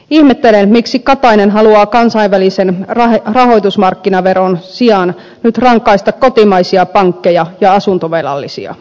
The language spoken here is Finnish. ihmettelen miksi katainen haluaa kansainvälisen rahoitusmarkkinaveron sijaan nyt rankaista kotimaisia pankkeja ja asuntovelallisia